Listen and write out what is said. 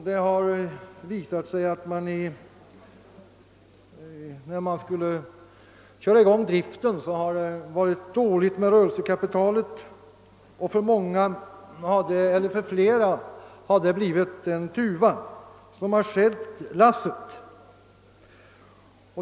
Det har visat sig att det sedan, när man skall starta driften, har varit dåligt med rörelsekapitalet. För flera har det blivit den tuva som stjälpt lasset.